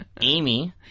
amy